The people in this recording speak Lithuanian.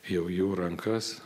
jau jų rankas